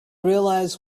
realize